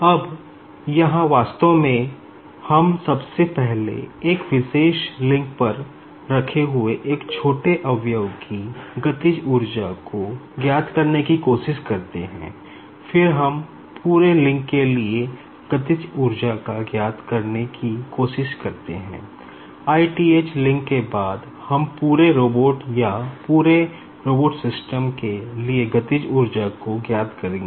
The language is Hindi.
अब यहाँ वास्तव में हम सबसे पहले एक विशेष लिंक पर रखे हुए एक छोटे कंपोनेंट को ज्ञात करेंगे